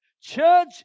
Church